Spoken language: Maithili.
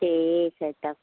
ठीक छै तब